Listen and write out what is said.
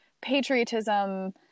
patriotism